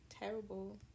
terrible